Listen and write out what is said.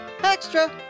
Extra